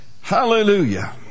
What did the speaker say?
Hallelujah